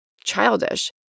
childish